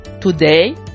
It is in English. today